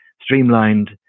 streamlined